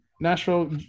Nashville